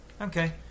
okay